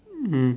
mm